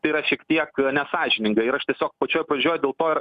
tai yra šiek tiek nesąžininga ir aš tiesiog pačioj pradžioj dėl to ir